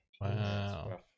Wow